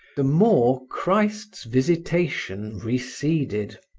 the more christ's visitation receded.